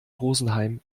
rosenheim